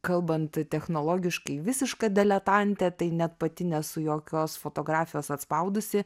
kalbant technologiškai visiška deletantė tai net pati nesu jokios fotografijos atspaudusi